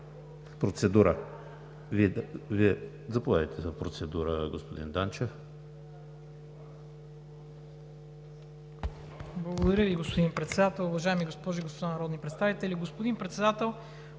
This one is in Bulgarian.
Заповядайте за процедура, господин Данчев.